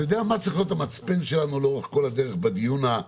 אתה יודע מה צריך להיות המצפן שלנו לאורך כל הדרך בדיון שאני